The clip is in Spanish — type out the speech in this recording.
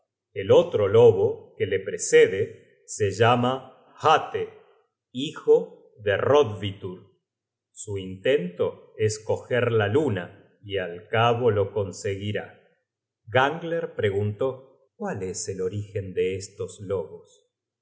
el otro lobo que le precede se llama hate hijo de hrodvitur su intento es coger la luna y al cabo lo conseguirá gangler preguntó cuál es el orígen de estos lobos